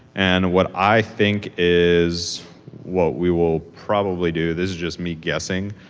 and what i think is what we will probably do, this is just me guessing,